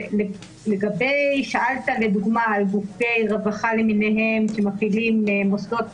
שאלת על גופי רווחה למינהם שמפעילים מוסדות.